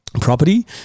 property